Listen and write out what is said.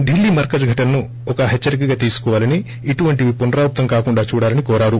ఢిల్లీ మర్కజ్ ఘటనను ఒక హెచ్చరికగా తీసుకోవాలని ఇటువంటివి పునరావృతం కాకుండా చూడాలని కోరారు